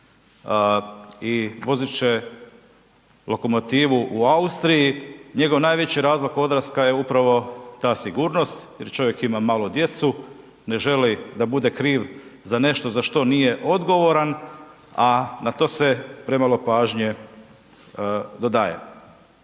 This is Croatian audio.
i vozit će lokomotivu u Austriji. Njegov najveći razlog odlaska je upravo ta sigurnost jer čovjek ima malu djecu, ne želi da bude kriv za nešto za što nije odgovoran, a na to se premalo pažnje dodaje.